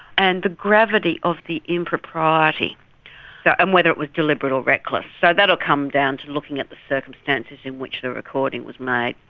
and the gravity of the impropriety and um whether it was deliberate or reckless. so that will come down to looking at the circumstances in which the recording was made.